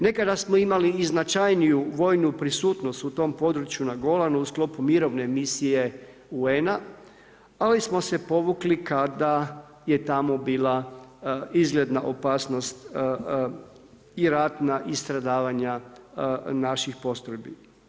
Nekada smo imali i značajniju vojnu prisutnost u tom području na Golanu u sklopu mirovine misije UN-a, ali smo se povukli kada je tamo bila izgledna opasnost i ratna i stradavanja naših postrojbi.